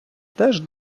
теж